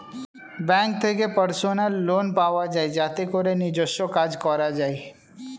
bank থেকে personal loan পাওয়া যায় যাতে করে নিজস্ব কাজ করা যায়